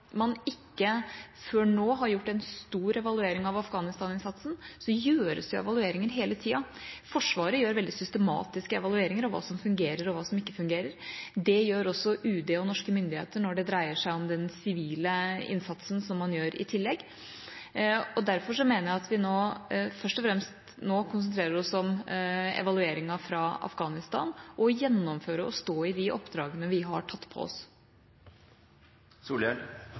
man ikke før nå har gjort en stor evaluering av Afghanistan-innsatsen, gjøres det evalueringer hele tida. Forsvaret gjør veldig systematiske evalueringer av hva som fungerer, og hva som ikke fungerer. Det gjør også UD og norske myndigheter når det dreier seg om den sivile innsatsen som man gjør i tillegg. Derfor mener jeg at vi nå først og fremst konsentrerer oss om evalueringen som gjelder Afghanistan, og om å gjennomføre og stå i de oppdragene vi har tatt på oss.